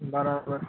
બરાબર